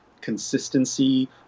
consistency